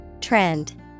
Trend